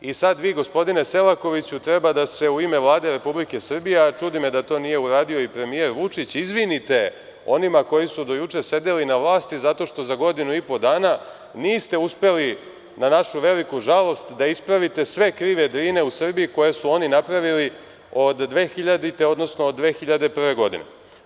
Sad vi, gospodine Selakoviću, treba da se u ime Vlade Republike Srbije, a čudi me da to nije uradio i premijer Vučić, izvinite onima koji su do juče sedeli na vlasti zato što za godinu i po dana niste uspeli, na našu veliku žalost, da ispravite sve krive Drine u Srbiji koje su oni napravili od 2000, odnosno od 2001. godine.